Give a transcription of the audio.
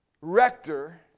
rector